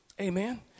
Amen